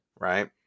right